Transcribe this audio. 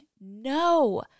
no